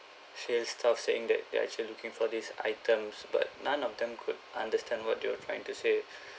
sales staff saying that they are actually looking for these items but none of them could understand what they were trying to say